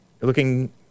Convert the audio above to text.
looking